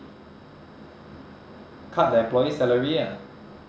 cut the employee's salary ah